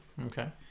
Okay